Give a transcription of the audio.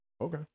Okay